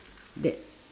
that